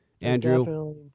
Andrew